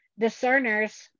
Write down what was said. discerners